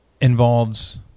involves